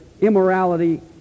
immorality